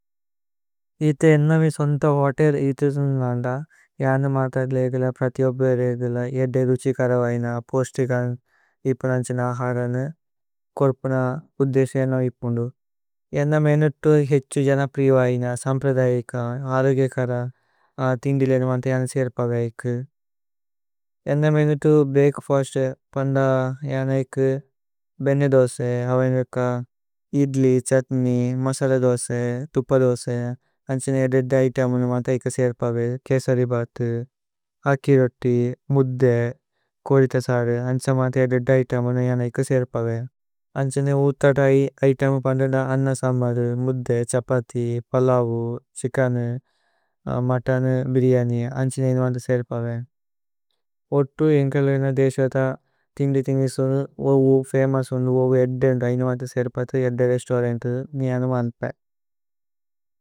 ഇഥേ ഏന്നവി സുന്ത ഹോതേല് ഇതിസുന്ദനന്ദ യാന। മതഗലേഗല പ്രഥിയോബരേഗല ഏദ്ദേ രുഛികര। വൈന പോസ്തിഗന് ഇപുനന്ഛന് അഹരനു കോര്പുന ഉദ്ദേസേ। ഏന്നവിപുന്ദു ഏന്ന മേനുത്തു ഹേഛു ജനപ്രിവ ഐന। സമ്പ്രദയിക ആരുഗേകര ഥിന്ദി ലേനുവന്ത യാന। സിഏര്പവയികു ഏന്ന മേനുത്തു ബ്രേഅക്ഫസ്ത് പന്ദ യാനൈകു। ബേന്നേ ദോസേ, അവൈനക, ഇദ്ലി, ഛുത്നേയ്, മസര ദോസേ। തുപ്പ ദോസേ അന്ഛനേ ഏദ്ദേ ഇതേമു പന്ദ യാന ഇകു। സിഏര്പവയു, കേസരി ബതു, അക്കി രോതി, മുദ്ദേ, കോരിത। സാരു അന്ഛനേ ഏദ്ദേ ഇതേമു പന്ദ യാന ഇകു സിഏര്പവയു। അന്ഛനേ ഉതതയി ഇതേമു പന്ദന്ദ അന്നസമ്ബരു മുദ്ദേ। ഛപതി, പലവു, ഛികനു, മതന, ബിര്യനി, അന്ഛനേ। ഏന്നവന്ത സിഏര്പവയു ഓതു ഏന്കല ഏന്ന ദേശത। ഥിന്ദി ഥിനിസുന്ദു ഓവു ഫമോഉസുന്ദു ഓവു ഏദ്ദേ ഏന്നവന്ത। സിഏര്പവയു, ഓവു ഏദ്ദേ രേസ്തൌരന്തു നിയാനു മാനുപയു।